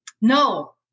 No